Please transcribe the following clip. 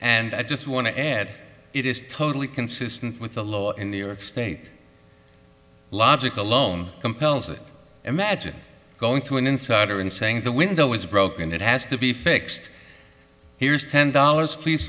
and i just want to add it is totally consistent with the law in new york state logic alone compels it imagine going to an insider and saying the window is broken it has to be fixed here's ten dollars please